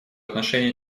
отношении